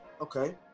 okay